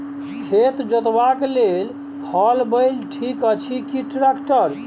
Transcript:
खेत जोतबाक लेल हल बैल ठीक अछि की ट्रैक्टर?